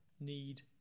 need